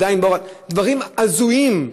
דברים הזויים,